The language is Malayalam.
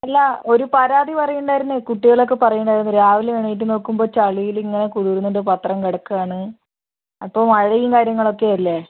അല്ലാ ഒരു പരാതി പറയുന്നുണ്ടായിരുന്നു കുട്ടികളൊക്കെ പറയുന്നുണ്ടായിരുന്നു രാവിലെ എണീറ്റു നോക്കുമ്പോൾ ചളിയിലിങ്ങനെ കുതിർന്നിട്ട് പത്രം കിടക്കുകയാണ് അപ്പോൾ മഴയും കാര്യങ്ങളൊക്കെയല്ലേ